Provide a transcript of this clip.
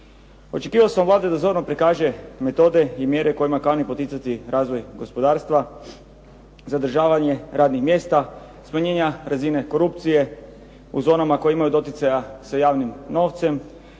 Očekivao sam od Vlade da zorno prikaže metode i mjere kojima kani poticati razvoj gospodarstva, zadržavanje radnih mjesta, smanjenja razine korupcije u zonama koje imaju doticaja sa javnim novcem,